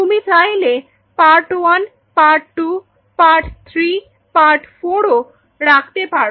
তুমি চাইলে part one part two part three part ফোরও রাখতে পারো